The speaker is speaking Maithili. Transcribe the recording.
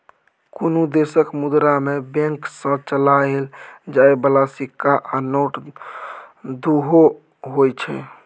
कुनु देशक मुद्रा मे बैंक सँ चलाएल जाइ बला सिक्का आ नोट दुओ होइ छै